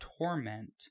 torment